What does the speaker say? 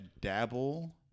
dabble